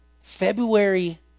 February